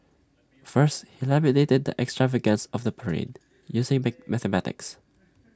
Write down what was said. first he lamented the extravagance of the parade using mate mathematics